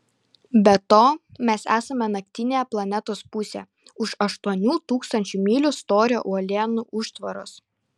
be to mes esame naktinėje planetos pusėje už aštuonių tūkstančių mylių storio uolienų užtvaros